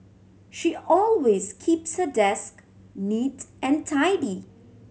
she always keeps her desk neat and tidy